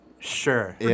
Sure